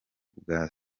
bwa